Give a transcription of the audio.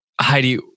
Heidi